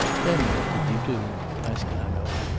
then what did you do? asked hanaud.